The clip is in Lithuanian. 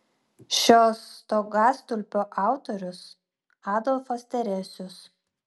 šio stogastulpio autorius adolfas teresius